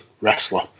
wrestler